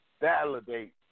validate